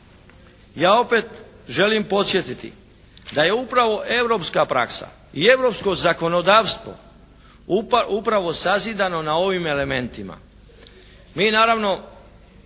ja opet želim podsjetiti da je upravo europske praksa i europsko zakonodavstvo upravo sazidano na ovim elementima.